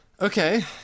Okay